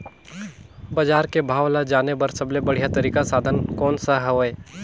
बजार के भाव ला जाने बार सबले बढ़िया तारिक साधन कोन सा हवय?